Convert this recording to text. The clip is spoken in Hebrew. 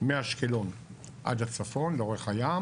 מאשקלון עד לצפון לאורך הים